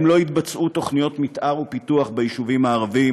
לא התבצעו תוכניות מתאר ופיתוח ביישובים הערביים,